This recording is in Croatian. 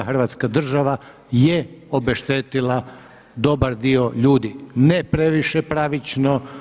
Hrvatska država je obeštetila dobar dio ljudi, ne previše pravično.